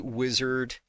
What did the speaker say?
wizard